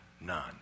none